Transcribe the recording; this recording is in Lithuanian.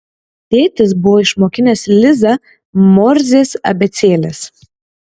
tėtis buvo išmokinęs lizą morzės abėcėlės